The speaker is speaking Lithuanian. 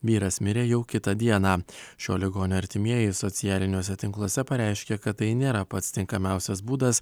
vyras mirė jau kitą dieną šio ligonio artimieji socialiniuose tinkluose pareiškė kad tai nėra pats tinkamiausias būdas